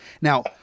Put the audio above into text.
now